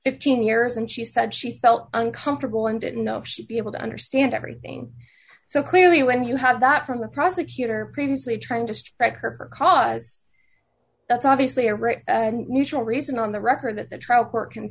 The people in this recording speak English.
fifteen years and she said she felt uncomfortable and didn't know if she'd be able to understand everything so clearly when you have that from the prosecutor previously trying to strike her for cause that's obviously a right and neutral reason on the record that the trial court can